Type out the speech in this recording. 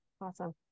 Awesome